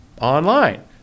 online